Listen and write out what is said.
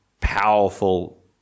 powerful